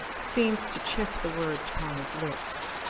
seemed to check the words upon his lips.